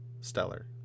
stellar